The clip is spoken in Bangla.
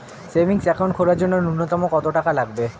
সেভিংস একাউন্ট খোলার জন্য নূন্যতম কত টাকা লাগবে?